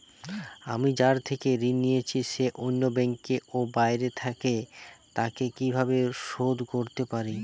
আমি যার থেকে ঋণ নিয়েছে সে অন্য ব্যাংকে ও বাইরে থাকে, তাকে কীভাবে শোধ করতে পারি?